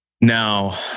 Now